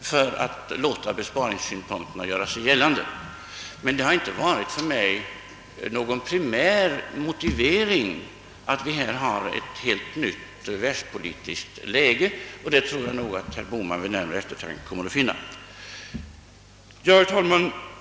för att låta besparingssynpunkterna göra sig gällande. Men det har inte för mig varit någon primär motivering att vi har ett helt nytt världspolitiskt läge, och det tror jag att herr Bohman vid närmare eftertanke kommer att finna. Herr talman!